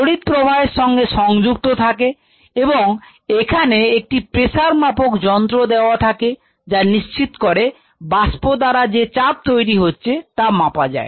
তড়িৎ প্রবাহের সঙ্গে সংযুক্ত থাকে এবং এখানে একটি প্রেসার মাপক যন্ত্র দেওয়া থাকে যা নিশ্চিত করে বাষ্প দ্বারা যে চাপ তৈরি হচ্ছে তা মাপা যায়